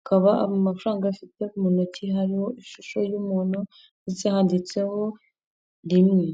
akaba amafaranga afite mu ntoki hariho ishusho y'umuntu ndetse handitseho rimwe.